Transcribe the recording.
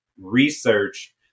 research